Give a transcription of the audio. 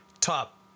top